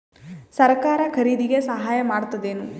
ಸರಕಾರ ಖರೀದಿಗೆ ಸಹಾಯ ಮಾಡ್ತದೇನು?